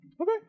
Okay